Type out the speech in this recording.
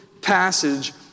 passage